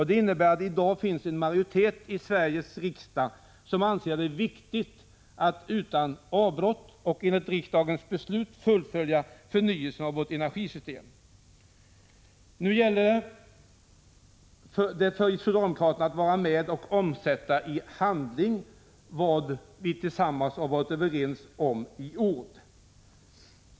Det innebär att det i dag finns en majoritet i Sveriges riksdag som anser det vara viktigt att utan avbrott och enligt riksdagens beslut fullfölja förnyelsen av vårt energisystem. Nu gäller det för socialdemokraterna att vara med och i handling omsätta vad vi varit överens om i ord.